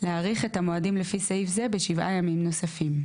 להאריך את המועדים לפי סעיף זה בשבעה ימים נוספים.